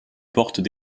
portent